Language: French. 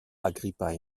agrippa